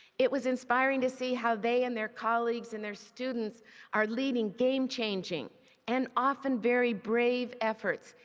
it was inspiring to see how they and their colleagues and their students are leading game changing and often very brave efforts,